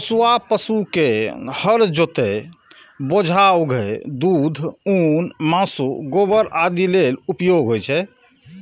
पोसुआ पशु के हर जोतय, बोझा उघै, दूध, ऊन, मासु, गोबर आदि लेल उपयोग होइ छै